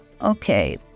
Okay